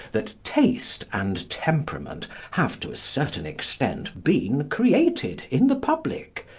that taste and temperament have, to a certain extent been created in the public,